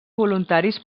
voluntaris